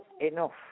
enough